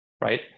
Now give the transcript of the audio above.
right